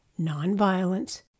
nonviolence